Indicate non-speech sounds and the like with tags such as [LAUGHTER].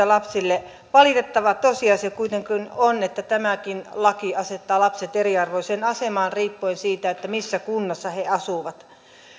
[UNINTELLIGIBLE] lapsille valitettava tosiasia kuitenkin on että tämäkin laki asettaa lapset eriarvoiseen asemaan riippuen siitä missä kunnassa he asuvat